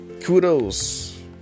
Kudos